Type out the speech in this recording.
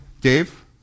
Dave